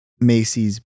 Macy's